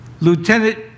Lieutenant